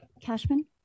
Cashman